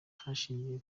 hashingiwe